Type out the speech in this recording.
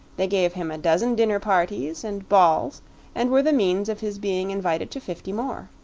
they gave him a dozen dinner parties and balls and were the means of his being invited to fifty more.